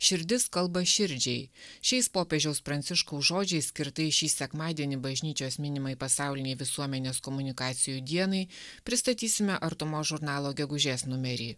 širdis kalba širdžiai šiais popiežiaus pranciškaus žodžiais skirtais šį sekmadienį bažnyčios minimai pasaulinei visuomenės komunikacijų dienai pristatysime artumos žurnalo gegužės numerį